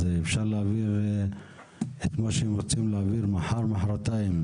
לכן אפשר להעביר את מה שרוצים להעיר עד מחר או מוחרתיים.